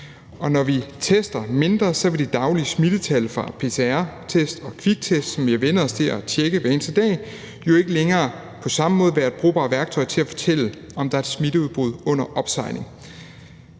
når vi tester mindre, vil de daglige smittetal fra pcr-test og kviktest, som vi har vænnet os til at tjekke hver eneste dag, jo ikke længere på samme måde være et brugbart værktøj til at fortælle, om der er et smitteudbrud under opsejling.